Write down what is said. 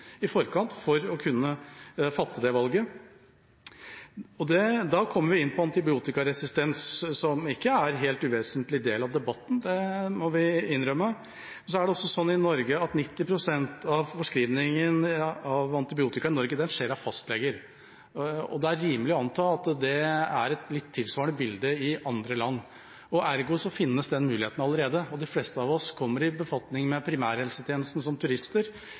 i forkant for å kunne ta det valget. Da kommer vi inn på antibiotikaresistens, som ikke er en helt uvesentlig del av debatten – det må vi innrømme. 90 pst. av forskrivningen av antibiotika i Norge blir gjort av fastleger. Det er rimelig å anta at det er et tilsvarende bilde i andre land, ergo finnes den muligheten allerede. De fleste av oss kommer i befatning med primærhelsetjenesten som turister